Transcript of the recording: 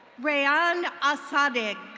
rayon asadik.